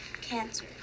Cancer